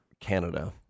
Canada